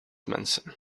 manson